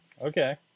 okay